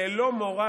ללא מורא,